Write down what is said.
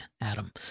Adam